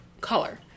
color